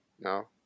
No